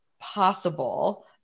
possible